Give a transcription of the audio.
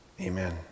Amen